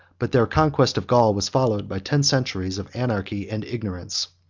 but their conquest of gaul was followed by ten centuries of anarchy and ignorance.